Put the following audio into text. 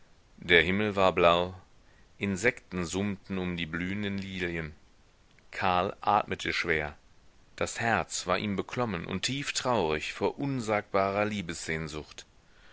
der himmel war blau insekten summten um die blühenden lilien karl atmete schwer das herz war ihm beklommen und tieftraurig vor unsagbarer